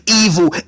evil